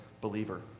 believer